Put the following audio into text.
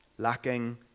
lacking